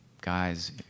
guys